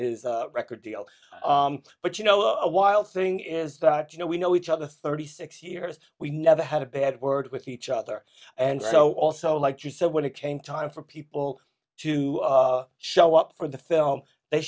his record deal but you know a wild thing is that you know we know each other thirty six years we never had a bad word with each other and so also like you so when it came time for people to show up for the film they